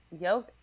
yo